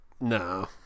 No